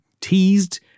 teased